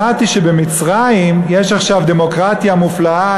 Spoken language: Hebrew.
שמעתי שבמצרים יש עכשיו דמוקרטיה מופלאה,